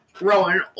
Rowan